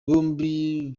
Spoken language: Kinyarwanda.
bombi